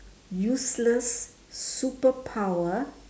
useless superpower